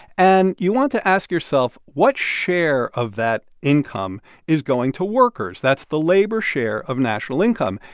and you want to ask yourself, what share of that income is going to workers? that's the labor share of national income.